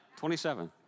27